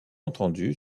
entendu